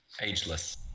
Ageless